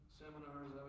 seminars